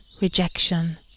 rejection